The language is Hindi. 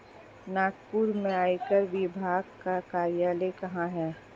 नागपुर में आयकर विभाग का कार्यालय कहाँ है?